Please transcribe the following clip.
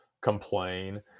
complain